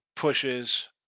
Pushes